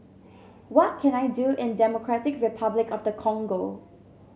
what can I do in Democratic Republic of the Congo